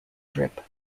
drip